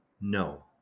no